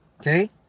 Okay